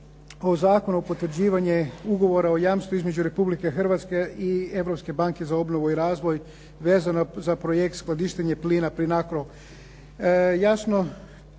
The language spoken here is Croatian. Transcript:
o Zakonu o potvrđivanju ugovora o jamstvu između Republike Hrvatske i Europske banke za obnovu i razvoj vezano za "Projekt skladištenja plina Plinacro". Jasno